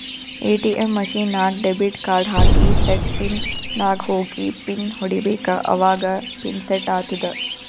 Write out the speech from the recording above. ATM machine ನಾಗ್ debit card ಹಾಕಿ set pin ನಾಗ್ ಹೋಗಿ ಪಿನ್ ಹೊಡಿಬೇಕ ಅವಾಗ ಪಿನ್ ಸೆಟ್ ಆತ್ತುದ